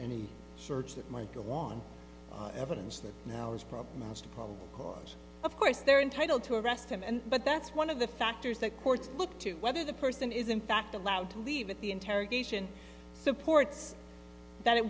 any search that might go on evidence that now is probably most probable cause of course they're entitled to arrest him and but that's one of the factors that courts look to whether the person is in fact allowed to leave with the interrogation supports that it